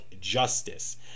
justice